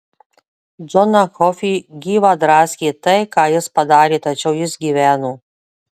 džoną kofį gyvą draskė tai ką jis padarė tačiau jis gyveno